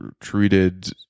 treated